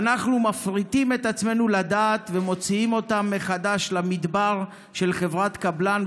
ואנחנו מפריטים את עצמנו לדעת ומוציאים אותם מחדש למדבר של חברת קבלן,